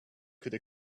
could